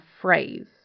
phrase